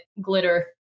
glitter